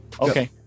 okay